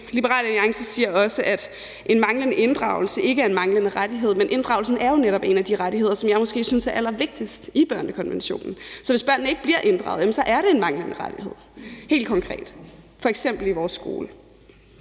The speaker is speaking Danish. Liberal Alliance siger også, at en manglende inddragelse ikke er en manglende rettighed, men inddragelsen er jo netop en af de rettigheder, som jeg måske synes er allervigtigst i børnekonventionen. Så hvis børnene ikke bliver inddraget, er det helt konkret en manglende rettighed, f.eks. i vores skole.